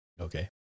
Okay